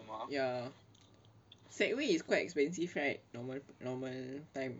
ya segway is quite expensive right normal normal time